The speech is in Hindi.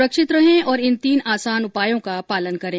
सुरक्षित रहें और इन तीन आसान उपायों का पालन करें